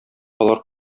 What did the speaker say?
алар